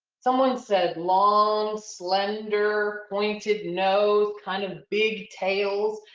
someone said long, slender, pointed nose, kind of big tails,